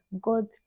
God